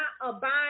abide